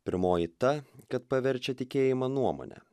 pirmoji ta kad paverčia tikėjimą nuomone